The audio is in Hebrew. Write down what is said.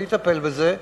אני אטפל בזה.